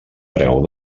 preu